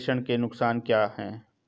प्रेषण के नुकसान क्या हैं?